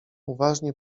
uważnie